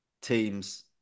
teams